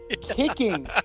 kicking